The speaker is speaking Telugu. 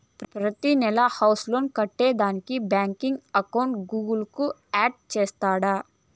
ప్రతినెలా హౌస్ లోన్ కట్టేదానికి బాంకీ అకౌంట్ గూగుల్ కు యాడ్ చేస్తాండా